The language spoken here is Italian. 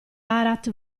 arat